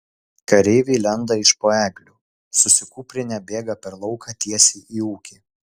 kareiviai lenda iš po eglių susikūprinę bėga per lauką tiesiai į ūkį